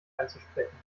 einzusprechen